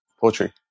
poetry